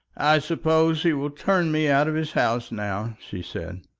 i suppose he will turn me out of his house now, she said.